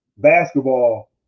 basketball